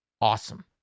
awesome